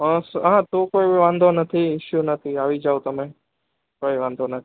બસ હા તો કોઈ વાંધો નથી ઇસ્યુ નથી આવી જાવ તમે કોઈ વાંધો નથી